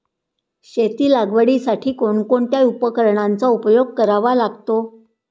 शेती लागवडीसाठी कोणकोणत्या उपकरणांचा उपयोग करावा लागतो?